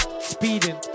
speeding